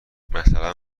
مثلا